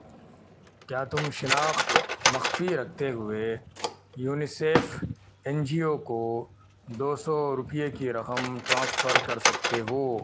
کیا تم شناخت مخفی رکھتے ہوئے یونیسیف این جی او کو دو سو روپیے کی رقم ٹرانسفر کر سکتے ہو